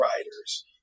writers